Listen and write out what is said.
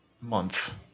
month